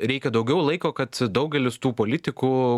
reikia daugiau laiko kad daugelis tų politikų